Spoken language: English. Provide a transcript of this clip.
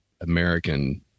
American